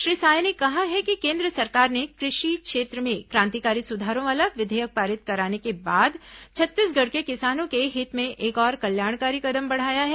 श्री साय ने कहा है कि केन्द्र सरकार ने कृषि क्षेत्र में क्रांतिकारी सुधारों वाला विधेयक पारित कराने के बाद छत्तीसगढ़ के किसानों के हित में एक और कल्याणकारी कदम बढ़ाया है